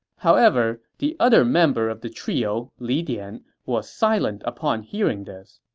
however, the other member of the trio, li dian, was silent upon hearing this.